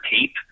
tape